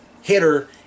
hitter